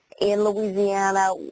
in louisiana,